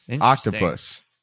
Octopus